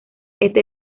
este